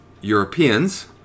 Europeans